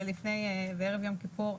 בערב יום כיפור.